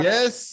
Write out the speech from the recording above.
Yes